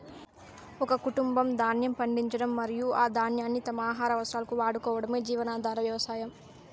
ఒక కుటుంబం ధాన్యం పండించడం మరియు ఆ ధాన్యాన్ని తమ ఆహార అవసరాలకు వాడుకోవటమే జీవనాధార వ్యవసాయం